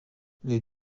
les